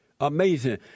Amazing